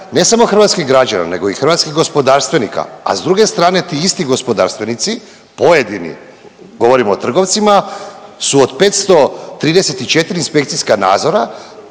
Ne samo hrvatskih građana nego i hrvatskih gospodarstvenika, a s druge strane ti isti gospodarstvenici pojedini, govorim o trgovcima su od 534 inspekcijski nadzora